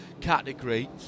category